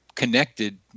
connected